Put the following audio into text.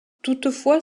toutefois